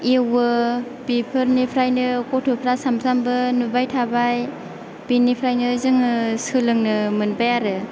एवो बेफोरनिफ्रायनो गथ'फ्रा सामफ्रामबो नुबाय थाबाय बिनिफ्रायनो जोङो सोलोंनो मोनबाय आरो